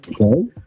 okay